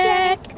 Deck